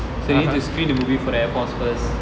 so you need to screen the movie for the air force first